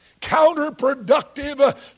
counterproductive